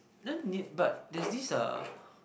then but there is a